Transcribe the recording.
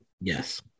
Yes